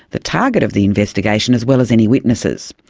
the target of the investigation as well as any witnesses.